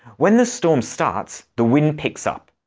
when the storm starts, the wind picks up.